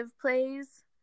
plays